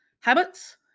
habits